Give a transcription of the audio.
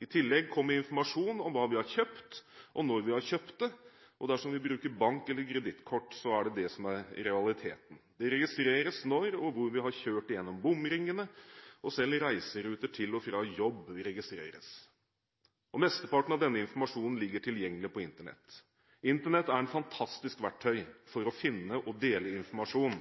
I tillegg kommer informasjon om hva vi har kjøpt, og når vi har kjøpt det, og dersom vi bruker bank- eller kredittkort, er det det som er realiteten. Det registreres når og hvor vi har kjørt gjennom bomringene. Selv reiseruter til og fra jobb registreres. Mesteparten av denne informasjonen ligger tilgjengelig på Internett. Internett er et fantastisk verktøy for å finne og dele informasjon,